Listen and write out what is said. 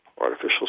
artificial